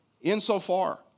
Insofar